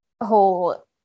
whole